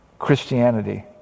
Christianity